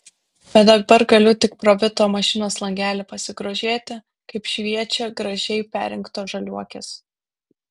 bet dabar galiu tik pro vito mašinos langelį pasigrožėti kaip šviečia gražiai perrinktos žaliuokės